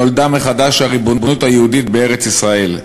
נולדה מחדש הריבונות היהודית בארץ-ישראל.